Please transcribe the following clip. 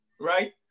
right